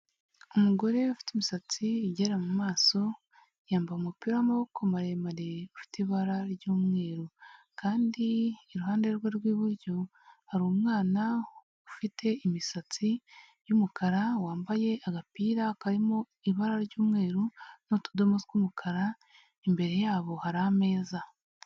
Umugore ufite imisatsi igera mu maso, yambaye umupira w'amaboko maremare ufite ibara ry'umweru kandi iruhande rwe rw'iburyo hari umwana ufite imisatsi y'umukara, wambaye agapira karimo ibara ry'umweru n'utudomo tw'umukara, imbere yabo hari ameza.